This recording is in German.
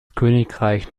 königreich